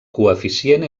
coeficient